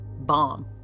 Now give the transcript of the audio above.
bomb